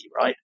right